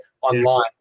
online